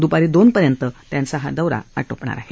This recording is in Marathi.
दुपारी दोन पर्यंत त्यांचा हा दौरा आटोपणार आहे